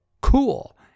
cool